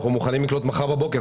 אנחנו מוכנים לקלוט מחר בבוקר.